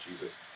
Jesus